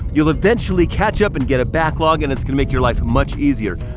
you'll eventually catch up and get a backlog and it's gonna make your life much easier.